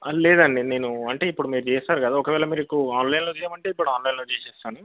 లేదండి నేను అంటే ఇప్పుడు మీరు చేస్తారు కదా ఒకవేళ మీరుకు ఆన్లైన్లో చేయమంటే ఇప్పుడు ఆన్లైన్లో చేసేస్తాను